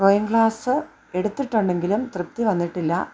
drawing class എടുത്തിട്ടുണ്ടെങ്കിലും തൃപ്തി വന്നിട്ടില്ല